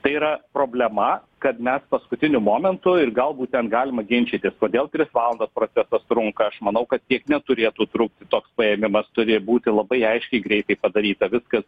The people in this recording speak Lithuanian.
tai yra problema kad mes paskutiniu momentu ir galbūt ten galima ginčytis kodėl tris valandas procesas trunka aš manau kad tiek neturėtų trukti toks paėmimas turi būti labai aiškiai greitai padaryta viskas